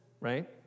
right